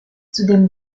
zudem